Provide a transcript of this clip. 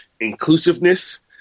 inclusiveness